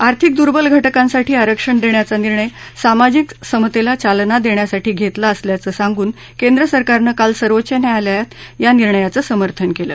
आर्थिक दुर्बल घटकांसाठी आरक्षण देण्याचा निर्णय सामाजिक समतेला चालना देण्यासाठी घेतला असल्याचं सांगून केंद्र सरकारनं काल सर्वोच्च न्यायालयात या निर्णयाचं समर्थन केलं